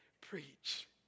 preach